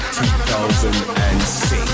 2006